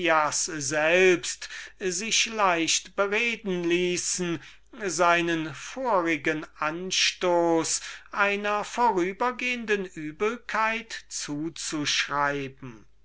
selbst sich bereden ließen seinen vorigen anstoß einer vorübergehenden übelkeit zuzuschreiben